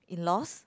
in laws